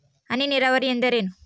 ಹನಿ ನೇರಾವರಿ ಎಂದರೇನು?